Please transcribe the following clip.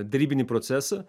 derybinį procesą